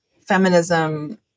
feminism